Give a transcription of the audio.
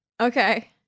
Okay